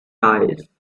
eyes